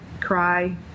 cry